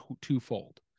twofold